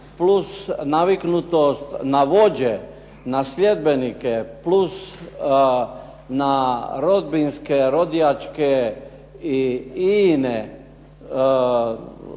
plus naviknutost na vođe, na sljedbenike plus na rodbinske, rođačke i ine